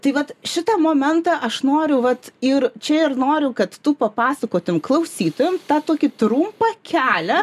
tai vat šitą momentą aš noriu vat ir čia ir noriu kad tu papasakotum klausytojam tą tokį trumpą kelią